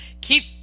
keep